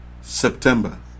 September